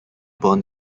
born